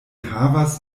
havas